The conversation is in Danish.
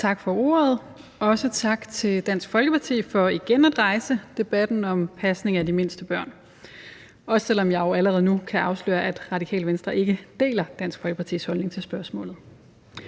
Tak for ordet. Også tak til Dansk Folkeparti for igen at rejse debatten om pasning af de mindste børn, også selv om jeg jo allerede nu kan afsløre, at Radikale Venstre ikke deler Dansk Folkepartis holdning til spørgsmålet.